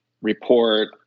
report